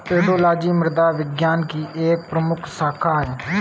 pedology मृदा विज्ञान की एक प्रमुख शाखा है